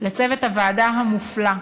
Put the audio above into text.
לצוות הוועדה המופלא,